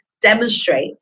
demonstrate